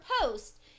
post